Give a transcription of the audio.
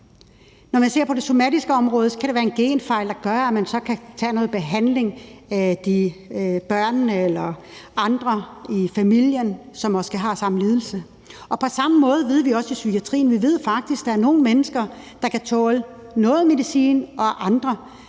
Når man ser på det somatiske område, kan der være tale om en genfejl, og at det gør, at man så kan behandle børnene eller andre i familien, som måske har samme lidelse. Det samme ved vi i psykiatrien. Vi ved faktisk, at der er nogle mennesker, der kan tåle noget medicin, og andre,